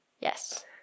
Yes